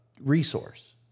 resource